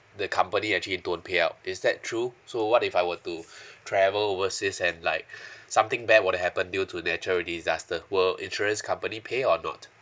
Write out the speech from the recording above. the company actually don't pay out is that true so what if I were to travel overseas and like something bad would happen due to natural disaster will insurance company pay or not